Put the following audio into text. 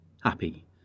happy